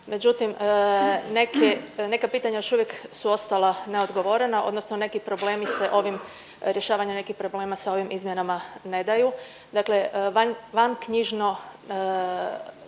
međutim neka pitanja još uvijek su ostala neodgovorena odnosno neki problemi se ovim rješavanje nekih problema sa ovim izmjenama ne daju. Dakle, vanknjižno